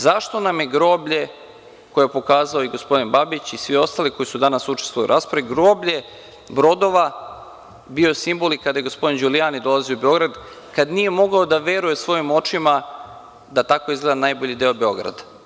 Zašto nam je groblje, koje je pokazao i gospodin Babić i svi ostali koji su danas učestvovali u raspravi, brodova bio simbol kada je gospodin Đulijani dolazio u Beograd, kada nije mogao da veruje svojim očima da tako izgleda najbolji deo Beograda.